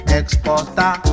exporter